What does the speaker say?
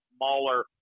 smaller